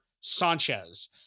Sanchez